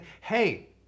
hey